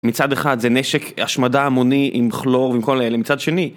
מצד אחד זה נשק השמדה המוני עם כלור ועם כל אלה, מצד שני.